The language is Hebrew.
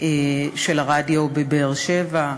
של הרדיו בבאר-שבע.